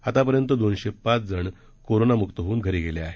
आतापर्यंत दोनशे पाच जण कोरोनामुक होऊन घरी गेले आहे